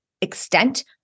extent